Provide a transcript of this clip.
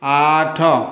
ଆଠ